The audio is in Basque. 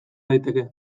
daiteke